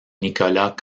nicolas